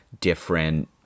different